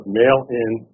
mail-in